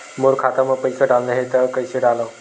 मोर खाता म पईसा डालना हे त कइसे डालव?